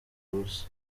ubusa